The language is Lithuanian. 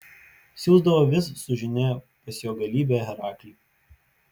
siųsdavo vis su žinia pas jo galybę heraklį